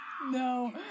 No